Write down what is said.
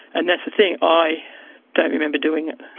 and that's the thing, i don't remember doing it.